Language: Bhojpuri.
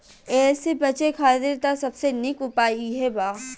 एसे बचे खातिर त सबसे निक उपाय इहे बा